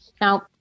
Now